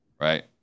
right